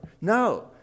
No